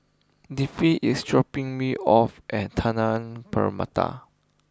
Leafy is dropping me off at Permata